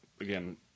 again